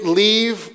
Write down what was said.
leave